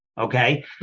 okay